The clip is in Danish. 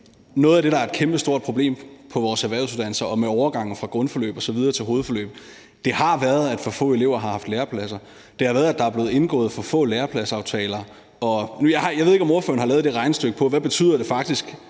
noget af det, der har været et kæmpestort problem på vores erhvervsuddannelser og med overgangen fra grundforløb osv. til hovedforløb, har været, at for få elever har haft lærepladser. Det har været, at der er blevet indgået for få lærepladsaftaler. Jeg ved ikke, om ordføreren har lavet det regnestykke, i forhold til hvad det faktisk